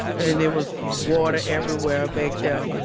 and there was water everywhere back there.